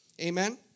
Amen